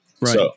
Right